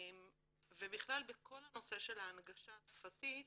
בכלל בכל הנושא של ההנגשה השפתית